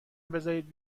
بزارید